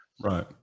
Right